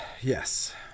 yes